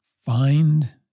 find